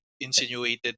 insinuated